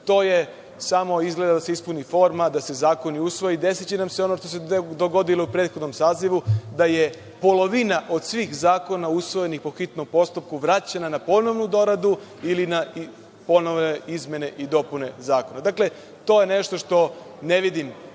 to je samo izgleda da se ispuni forma da se zakoni usvoje. Desiće nam se ono što se dogodilo u prethodnom sazivu, da je polovina od svih zakona usvojenih po hitnom postupku vraćena na ponovnu doradu ili na ponovne izmene i dopune zakona. Dakle, to je nešto što ne vidim